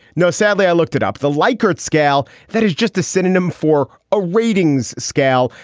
no, sadly i looked it up. the likert scale. that is just a synonym for a ratings scale.